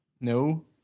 No